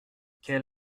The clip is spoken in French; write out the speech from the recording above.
quel